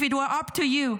If it were up to you,